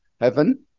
heaven